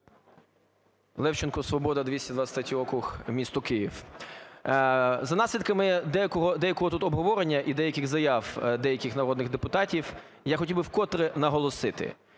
Левченко, "Свобода", 223 округ, місто Київ. За наслідками деякого тут обговорення і деяких заяв деяких народних депутатів я хотів би вкотре наголосити: